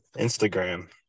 Instagram